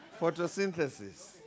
Photosynthesis